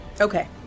okay